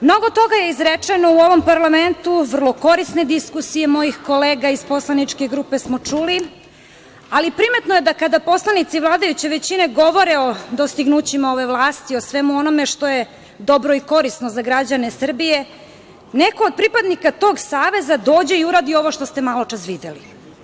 Mnogo toga je izrečeno u ovom parlamentu, vrlo korisne diskusije mojih kolega iz poslaničke grupe smo čuli, ali primetno je da kada poslanici vladajuće većine govore o dostignućima ove vlasti, o svemu onome što je dobro i korisno za građane Srbije, neko od pripadnika tog saveza dođe i uradi ovo što ste maločas videli.